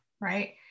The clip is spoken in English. right